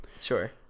Sure